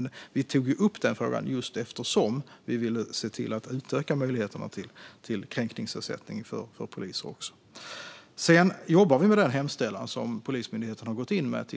Men vi tog upp den frågan just eftersom vi ville utöka möjligheterna till kränkningsersättning för poliser. Sedan jobbar vi med den hemställan som Polismyndigheten har gett